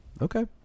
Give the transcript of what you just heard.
Okay